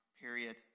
period